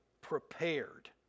prepared